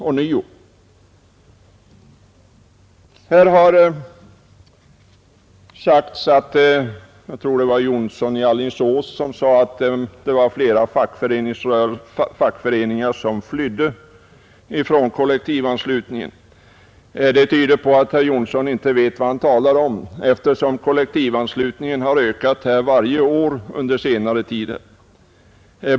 Jag tror att det var herr Jonsson i Alingsås som sade, att flera fackföreningar flydde från kollektivanslutningen. Det tyder på att herr Jonsson inte vet vad han talar om, eftersom kollektivanslutningen ökat varje år under senare tid.